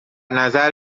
نظر